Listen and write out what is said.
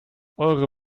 eure